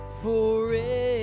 forever